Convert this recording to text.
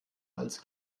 als